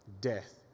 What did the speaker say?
death